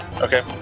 Okay